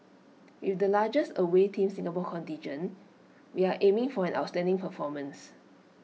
with the largest away Team Singapore contingent we are aiming for an outstanding performance